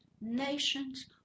nations